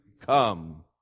come